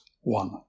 One